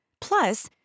plus